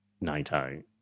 NATO